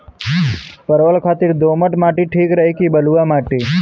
परवल खातिर दोमट माटी ठीक रही कि बलुआ माटी?